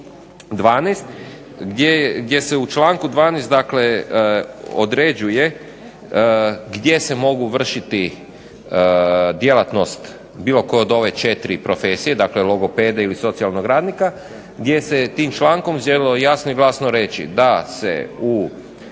12. gdje se u članku 12. određuje gdje se mogu vršiti djelatnost bilo koje od ove 4 profesije, dakle logopeda ili socijalnog radnika, gdje se tim člankom željelo jasno i glasno reći da se u radnom